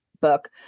book